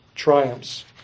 triumphs